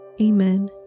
Amen